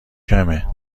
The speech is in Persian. کمه